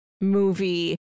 Movie